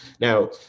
Now